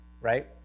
right